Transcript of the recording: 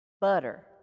butter